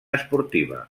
esportiva